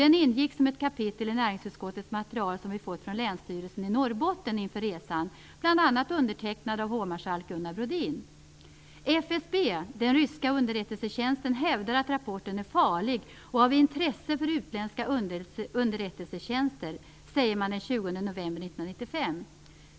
Den ingick som ett kapitel i näringsutskottets material som vi hade fått från Länsstyrelsen i Norrbotten inför resan. Det var undertecknat bl.a. av hovmarskalk FSB, den ryska underrättelsetjänsten, hävdar att rapporten är farlig och av intresse för utländska underrättelsetjänster. Det sade man den 20 november 1995.